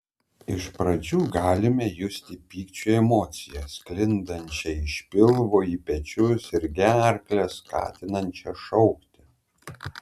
iš pradžių galime justi pykčio emociją sklindančią iš pilvo į pečius ir gerklę skatinančią šaukti